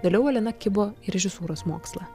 vėliau elena kibo į režisūros mokslą